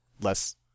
less